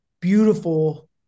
beautiful